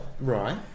right